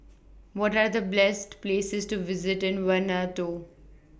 What Are The blest Places to visit in Vanuatu